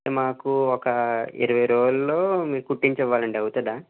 అంటే మాకు ఒక ఇరవై రోజుల్లో మీరు కుట్టించి ఇవ్వాలండి అవుతుందా